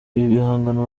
bihangano